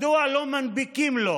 מדוע לא מנפיקים לו